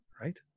Right